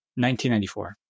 1994